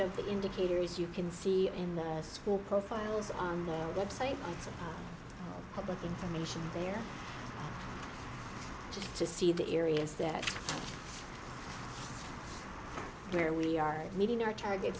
of the indicators you can see in the school profiles on the website it's public information there just to see the areas that where we are meeting our target